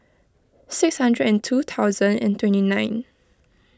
six hundred and two thousand and twenty nine